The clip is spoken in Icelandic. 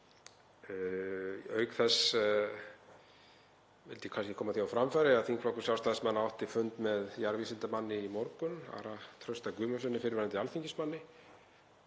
Auk þess vildi ég koma því á framfæri að þingflokkur Sjálfstæðismanna átti fund með jarðvísindamanni í morgun, Ara Trausta Guðmundssyni, fyrrverandi alþingismanni.